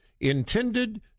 intended